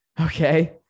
Okay